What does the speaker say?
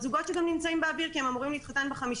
זוגות שגם נמצאים באוויר כי הם אמורים להתחתן ב-5